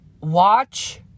watch